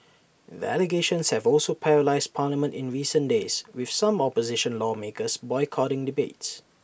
the allegations have also paralysed parliament in recent days with some opposition lawmakers boycotting debates